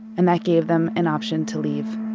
and that gave them an option to leave.